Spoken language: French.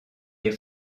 les